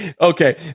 okay